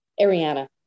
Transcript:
Ariana